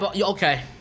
okay